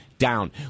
down